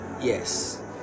yes